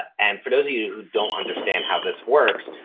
and for those of you who don't understand how this works,